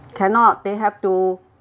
cannot they have to